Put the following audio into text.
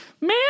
man